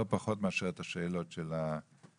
לא פחות מאשר את השאלות של המשפחות.